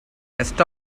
rest